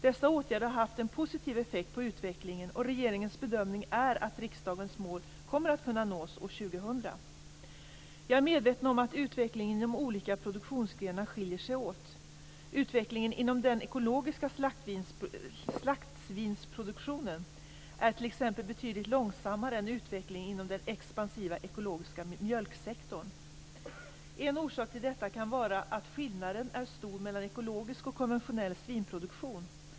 Dessa åtgärder har haft en positiv effekt på utvecklingen, och regeringens bedömning är att riksdagens mål kommer att kunna nås år 2000. Jag är medveten om att utvecklingen inom olika produktionsgrenar skiljer sig åt. Utvecklingen inom den ekologiska slaktsvinsproduktionen är t.ex. betydligt långsammare än utvecklingen inom den expansiva ekologiska mjölksektorn. En orsak till detta kan vara att skillnaden är stor mellan ekologisk och konventionell svinproduktion.